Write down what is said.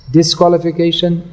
disqualification